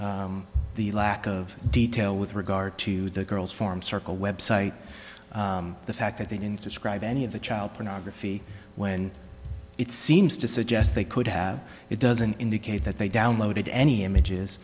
is the lack of detail with regard to the girls form circle website the fact that they didn't describe any of the child pornography when it seems to suggest they could have it doesn't indicate that they downloaded any images